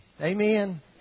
Amen